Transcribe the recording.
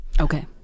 Okay